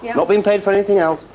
yeah not being paid for anything else.